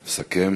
לסכם.